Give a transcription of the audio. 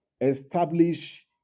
establish